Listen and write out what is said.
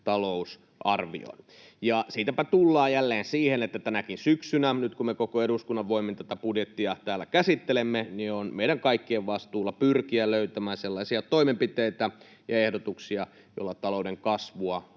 talousarvioon. Siitäpä tullaan jälleen siihen, että tänäkin syksynä, nyt kun me koko eduskunnan voimin tätä budjettia täällä käsittelemme, on meidän kaikkien vastuulla pyrkiä löytämään sellaisia toimenpiteitä ja ehdotuksia, joilla talouden kasvua